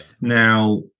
Now